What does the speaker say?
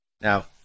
Now